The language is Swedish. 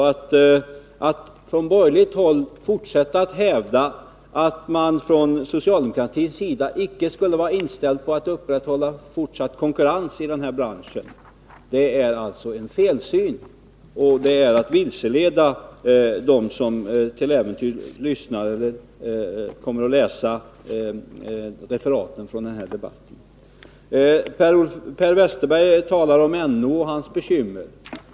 Att från borgerligt håll fortsätta att hävda att socialdemokraterna inte skulle vara inställda på att upprätthålla fortsatt konkurrens inom branschen är alltså en felsyn, och det innebär att man vilseleder dem som till äventyrs kommer att läsa referaten från den här debatten. Per Westerberg talar om NO och hans bekymmer.